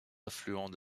affluent